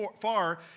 far